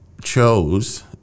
chose